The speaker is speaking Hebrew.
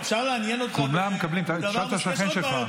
כולם מקבלים, תשאל את השכן שלך.